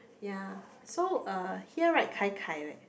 ya so uh here write gai gai leh